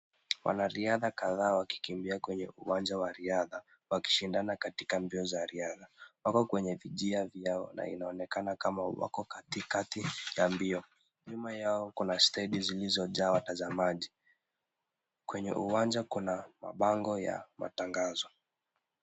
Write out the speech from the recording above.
Wanariadha kadhaa wakikimbia kwenye uwanja wa riadha wakishindana katika mbio za riadha wako kwenye vinjia vyao na inaonekana kama wako katikati ya mbio. Nyuma yao kuna stendi zilizojaa watazamaji. Kwenye uwanja kuna mabango ya matangazo.